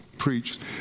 preached